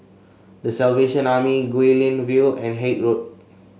The Salvation Army Guilin View and Haig Road